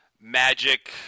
magic